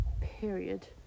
period